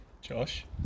Josh